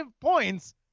points